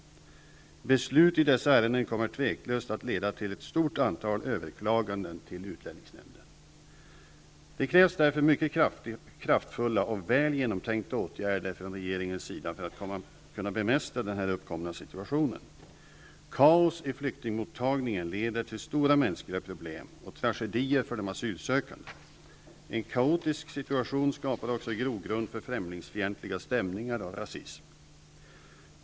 Beslut i dessa ärenden kommer tveklöst att leda till ett stor antal överklaganden till utlänningsnämnden. Det krävs därför mycket kraftfulla och väl genomtänkta åtgärder från regeringens sida för att kunna bemästra den uppkomna situationen. Kaos i flyktingmottagningen leder till stora mänskliga problem och tragedier för de asylsökande. En kaotiskt situation skapar också grogrund för främlingsfientliga stämningar och rasism.